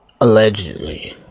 allegedly